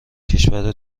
کشور